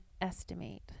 estimate